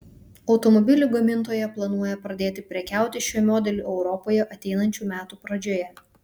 automobilių gamintoja planuoja pradėti prekiauti šiuo modeliu europoje ateinančių metų pradžioje